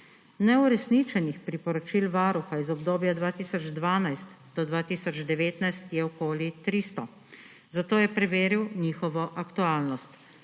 Neuresničenih priporočil Varuha iz obdobja od 2012 do 2019 je okoli 300, zato je preveril njihovo aktualnost.